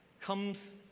comes